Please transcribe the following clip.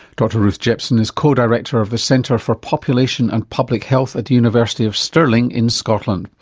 dr ruth jepson is co-director of the centre for population and public health at the university of stirling in scotland.